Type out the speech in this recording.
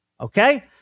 okay